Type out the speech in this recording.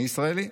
אני ישראלי!